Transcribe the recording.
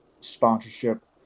sponsorship